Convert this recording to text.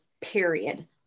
period